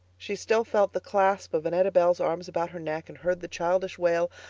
she still felt the clasp of annetta bell's arms about her neck and heard the childish wail,